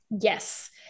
Yes